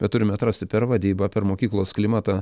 bet turime atrasti per vadybą per mokyklos klimatą